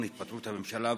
על התפטרות הממשלה,